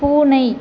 பூனை